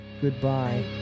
Goodbye